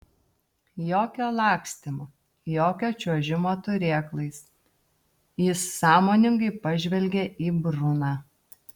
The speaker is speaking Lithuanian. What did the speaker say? jokio lakstymo jokio čiuožimo turėklais jis sąmoningai pažvelgė į bruną